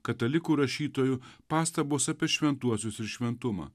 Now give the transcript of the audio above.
katalikų rašytojų pastabos apie šventuosius ir šventumą